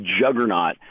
juggernaut